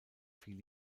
fiel